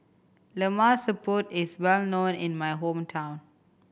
Lemak Siput is well known in my hometown